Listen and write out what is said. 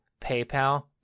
PayPal